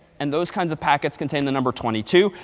and those kinds of packets contain the number twenty two.